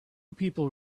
people